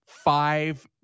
Five